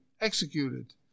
executed